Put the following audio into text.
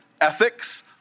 ethics